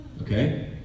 okay